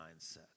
mindset